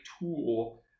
tool